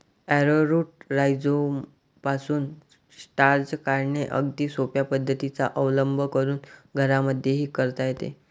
arrowroot राईझोमपासून starch काढणे अगदी सोप्या पद्धतीचा अवलंब करून घरांमध्येही करता येते